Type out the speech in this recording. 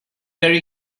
very